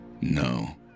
No